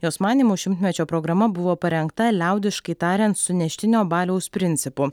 jos manymu šimtmečio programa buvo parengta liaudiškai tariant suneštinio baliaus principu